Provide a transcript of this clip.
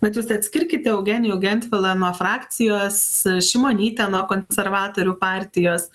vat jūs atskirkite eugenijų gentvilą nuo frakcijos šimonytę nuo konservatorių partijos